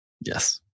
yes